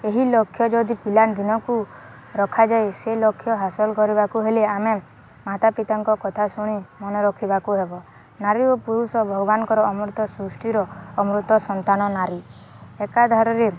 ଏହି ଲକ୍ଷ୍ୟ ଯଦି ପିଲା ଦିନକୁ ରଖାଯାଏ ସେ ଲକ୍ଷ୍ୟ ହାସଲ କରିବାକୁ ହେଲେ ଆମେ ମାତା ପିତାଙ୍କ କଥା ଶୁଣି ମନେ ରଖିବାକୁ ହେବ ନାରୀ ଓ ପୁରୁଷ ଭଗବାନଙ୍କର ଅମୃତ ସୃଷ୍ଟିର ଅମୃତ ସନ୍ତାନ ନାରୀ ଏକା ଧାରରେ